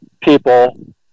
people